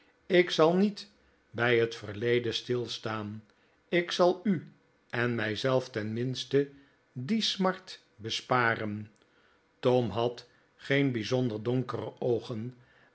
ik zal niet bij het verleden stilstaan ik zal u en mij zelf tenminste die smart besparen tom had geen bijzonder donkere oogen